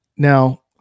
now